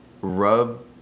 rub